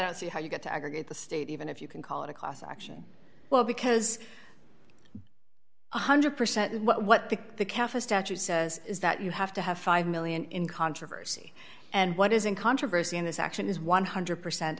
don't see how you get to aggregate the state even if you can call it a class action well because one hundred percent what the cafe statute says is that you have to have five million in controversy and what is in controversy in this action is one hundred percent